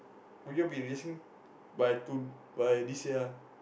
will you all be releasing by to~ by this year ah